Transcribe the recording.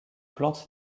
plante